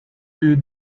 you